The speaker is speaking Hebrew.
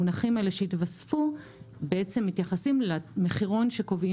המונחים שהתווספו מתייחסים למחירון שקובעים